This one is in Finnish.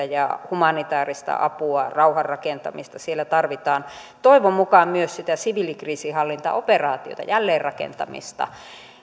ja humanitääristä apua rauhanrakentamista siellä tarvitaan toivon mukaan myös sitä siviilikriisinhallintaoperaatiota jälleenrakentamista